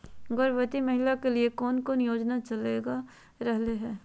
गर्भवती महिला के लिए कौन कौन योजना चलेगा रहले है?